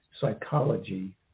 psychology